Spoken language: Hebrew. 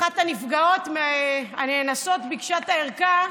אחת הנפגעות, הנאנסות, ביקשה את הערכה,